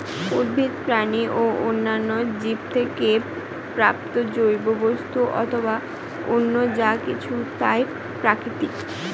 উদ্ভিদ, প্রাণী ও অন্যান্য জীব থেকে প্রাপ্ত জৈব বস্তু অথবা অন্য যা কিছু তাই প্রাকৃতিক